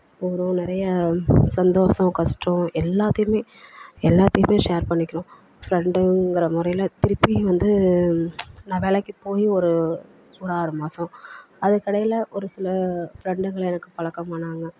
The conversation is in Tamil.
அப்புறம் நிறைய சந்தோஷம் கஷ்டம் எல்லாத்தையுமே எல்லாத்தையுமே ஷேர் பண்ணிக்கிறோம் ஃப்ரெண்டுங்கிற முறையில திருப்பி வந்து நான் வேலைக்கு போய் ஒரு ஒரு ஆறு மாசம் அதுக்கெடையில் ஒரு சில ஃப்ரெண்டுங்க எனக்கு பழக்கமானாங்க